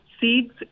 seeds